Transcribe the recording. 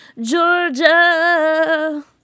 Georgia